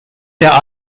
der